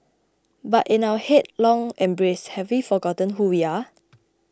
but in our headlong embrace have we forgotten who we are